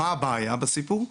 אבל מה הבעיה בסיפור הזה?